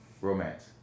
romance